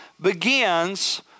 begins